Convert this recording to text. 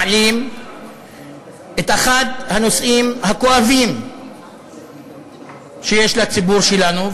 מעלים את אחד הנושאים הכואבים שיש לציבור שלנו,